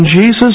Jesus